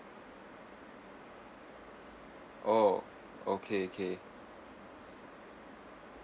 orh okay okay